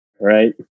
right